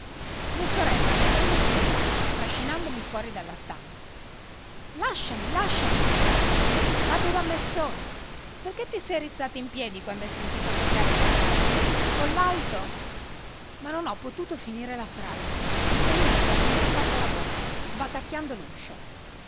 mia sorella mi ha preso per un braccio trascinandomi fuori della stanza lasciami lasciami gridavo vado da me solo perché ti sei rizzata in piedi quando hai sentito toccare il campanello collalto ma non ho potuto finire la frase perché luisa mi ha tappato la bocca sbatacchiando luscio